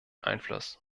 einfluss